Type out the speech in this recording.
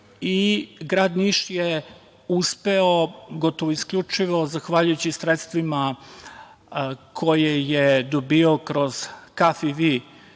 i grad Niš je uspeo gotovo isključivo zahvaljujući sredstvima koje je dobijao kroz KfW